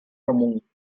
común